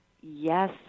yes